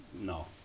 no